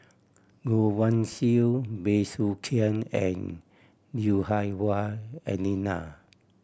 Goh Guan Siew Bey Soo Khiang and Lui Hah Wah Elena